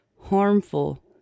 harmful